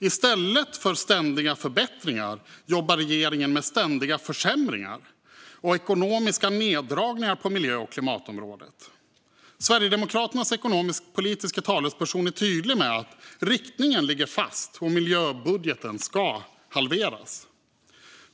I stället för ständiga förbättringar jobbar regeringen med ständiga försämringar och ekonomiska neddragningar på miljö och klimatområdet. Sverigedemokraternas ekonomisk-politiska talesperson är tydlig med att riktningen ligger fast och att miljöbudgeten ska halveras.